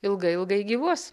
ilgai ilgai gyvuos